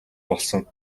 болсон